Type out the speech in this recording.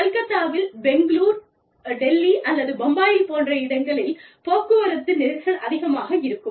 கல்கத்தாவில் பெங்களூர் டெல்லி அல்லது பம்பாயில் போன்ற இடங்களில் போக்குவரத்து நெரிசல் அதிகமாக இருக்கும்